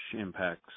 impacts